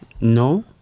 No